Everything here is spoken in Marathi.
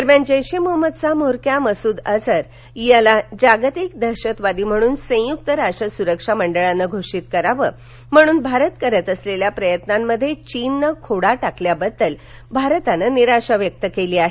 दरम्यान जेशे मोहम्मदचा म्होरक्या मसूद अजहर याला जागतिक दहशतवादी म्हणून संयुक राष्ट्र सुरक्षा मंडळानं घोषित करावं म्हणून भारत करत असलेल्या प्रयत्नांमध्ये चीननं खोडा किल्याबद्दल भारतानं निराशा व्यक्त केली आहे